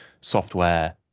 software